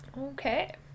Okay